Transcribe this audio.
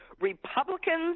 Republicans